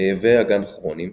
כאבי אגן כרוניים,